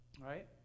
right